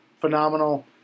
phenomenal